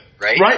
right